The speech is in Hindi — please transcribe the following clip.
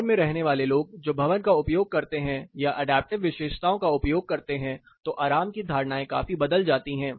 भवन में रहने वाले लोग जो भवन का उपयोग करते है या अडैप्टिव विशेषताओं का उपयोग करता है तो आराम की धारणाएं काफी बदल जाती हैं